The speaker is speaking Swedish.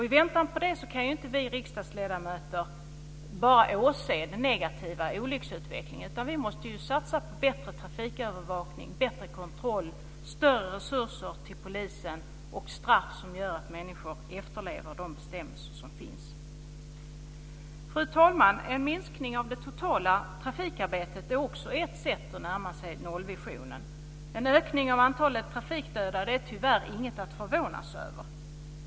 I väntan på den kan inte vi riksdagsledamöter bara åse den negativa olycksutvecklingen. Vi måste satsa på bättre trafikövervakning, bättre kontroll, större resurser till polisen och straff som gör att människor efterlever de bestämmelser som finns. Fru talman! En minskning av den totala trafikvolymen är också ett sätt att närma sig nollvisionen. En ökning av antalet trafikdöda är tyvärr inget att förvånas över.